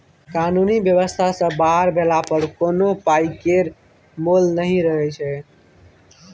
कानुनी बेबस्था सँ बाहर भेला पर कोनो पाइ केर मोल नहि रहय छै